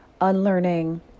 unlearning